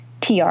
TR